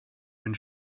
den